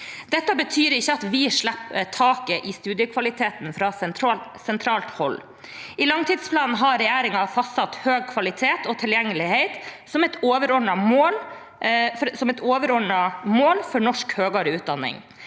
Dette betyr ikke at vi slipper tak i studiekvaliteten fra sentralt hold. I langtidsplanen har regjeringen fastsatt høy kvalitet og tilgjengelighet som et overordnet mål for norsk høyere utdanning.